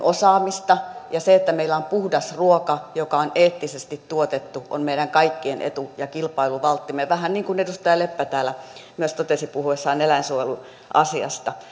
osaamista ja se että meillä on puhdas ruoka joka on eettisesti tuotettu on meidän kaikkien etu ja kilpailuvalttimme vähän niin kuin edustaja leppä täällä myös totesi puhuessaan eläinsuojeluasiasta